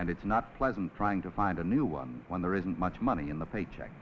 and it's not pleasant trying to find a new one when there isn't much money in the paycheck